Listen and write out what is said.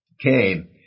came